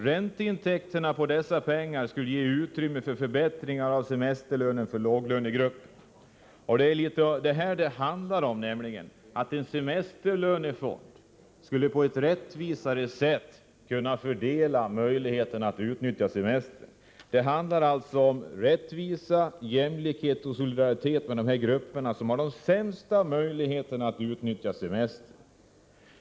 Ränteintäkterna på dessa pengar skulle ge utrymme för förbättringar av semesterlönen för låglönegrupperna.” En semesterlönefond skulle innebära att möjligheterna att utnyttja semester kunde fördelas på ett rättvisare sätt. Det handlar om rättvisa, jämlikhet och solidaritet för de grupper som har de sämsta möjligheterna att utnyttja semestern.